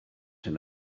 hyn